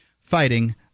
fighting